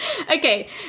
Okay